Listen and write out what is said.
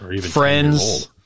friends